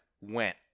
went